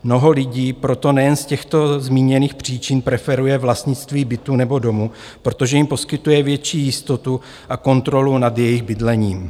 Mnoho lidí proto nejen z těchto zmíněných příčin preferuje vlastnictví bytu nebo domu, protože jim poskytuje větší jistotu a kontrolu nad jejich bydlením.